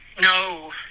no